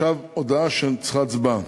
ועדת החוקה,